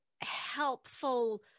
helpful